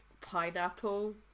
pineapple